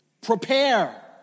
prepare